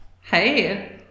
Hey